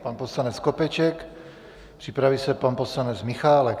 Pan poslanec Skopeček, připraví se pan poslanec Michálek.